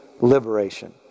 liberation